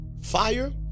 Fire